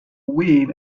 win